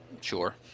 Sure